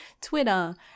Twitter